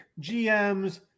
GMs